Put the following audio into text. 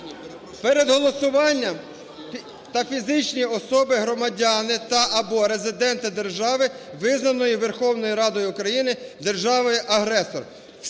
перед голосуванням… "…та фізичні особи громадяни та/або резиденти держави, визнаної Верховною Радою України державою-агресором".